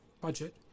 budget